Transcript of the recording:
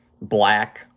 black